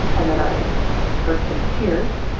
and then i burst into tears.